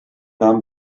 nahm